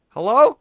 Hello